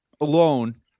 alone